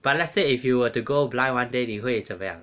but let's say if you were to go blind one day 你会怎么样